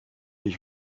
ich